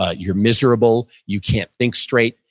ah you're miserable. you can't think straight.